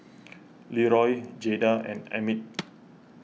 Leroy Jayda and Emit